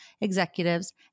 executives